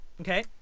Okay